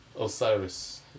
Osiris